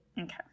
okay